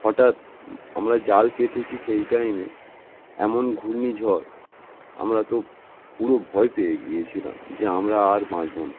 হঠাৎ আমরা জাল পেতেছি সেই টাইমে এমন ঘূর্ণি ঝড় আমরা তো পুরো ভয় পেয়ে গিয়েছিলাম যে আমরা আর বাঁচবনা